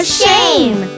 shame